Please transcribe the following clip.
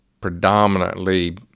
predominantly